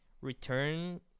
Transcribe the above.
return